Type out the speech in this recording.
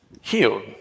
healed